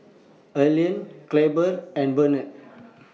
Elian Clabe and Brennon